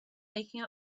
making